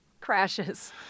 crashes